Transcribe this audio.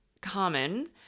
common